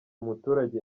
umuturage